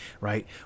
right